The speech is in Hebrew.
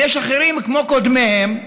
ויש אחרים, כמו קודמיהם,